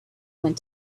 went